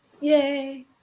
Yay